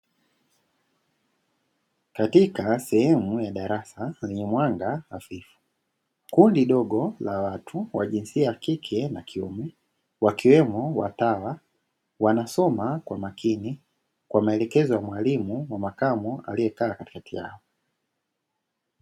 Katika sehemu ya darasa yenye mwanga hafifu, kundi dogo la watu wa jinsia ya kike na kiume, wakiwemo watawa, wanasoma kwa makini kwa maelekezo ya mwalimu wa makamo aliyekaa katikati yao.